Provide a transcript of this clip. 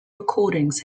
recordings